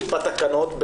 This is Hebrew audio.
בתקנות,